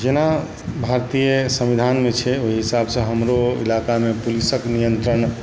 जेना भारतीय संविधानमे छै ओहि हिसाबसँ हमरो इलाकामे पुलिसक नियन्त्रण